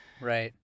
Right